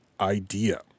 idea